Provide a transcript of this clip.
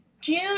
june